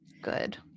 Good